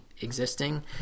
existing